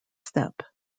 step